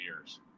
years